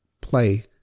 play